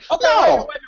No